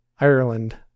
Ireland